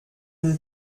une